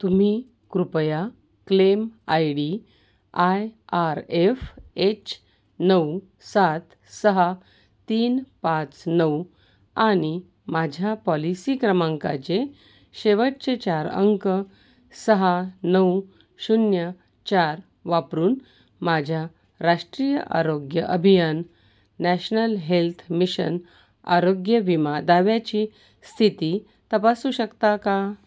तुम्ही कृपया claim I D I R F H नऊ सात सहा तीन पाच नऊ आणि माझ्या पॉलिसी क्रमांकाचे शेवटचे चार अंक सहा नऊ शून्य चार वापरून माझ्या राष्ट्रीय आरोग्य अभियान नॅशनल हेल्थ मिशन आरोग्य विमा दाव्याची स्थिती तपासू शकता का